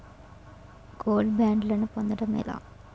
Gold బ్యాండ్లను పొందటం ఎలా?